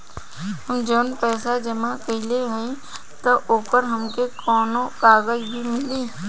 हम जवन पैसा जमा कइले हई त ओकर हमके कौनो कागज भी मिली?